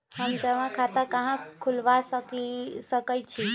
हम जमा खाता कहां खुलवा सकई छी?